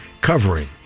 covering